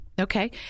Okay